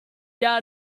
down